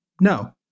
No